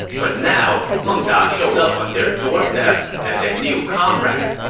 but now, meng da showed up on their doorstep as a new comrade.